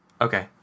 Okay